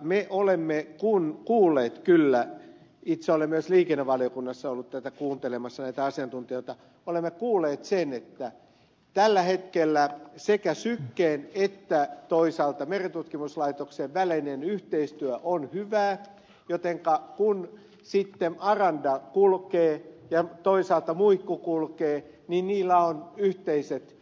me olemme kuulleet kyllä itse olen myös liikennevaliokunnassa ollut kuuntelemassa näitä asiantuntijoita sen että tällä hetkellä sekä syken että toisaalta merentutkimuslaitoksen välinen yhteistyö on hyvää jotenka kun aranda kulkee ja toisaalta muikku kulkee niin niillä on yhteiset